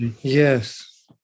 yes